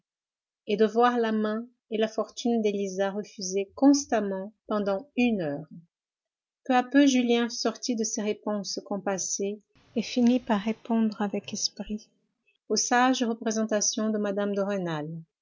et de voir la main et la fortune d'élisa refusées constamment pendant une heure peu à peu julien sortit de ses réponses compassées et finit par répondre avec esprit aux sages représentations de mme de rênal